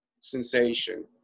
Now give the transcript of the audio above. sensation